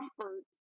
comfort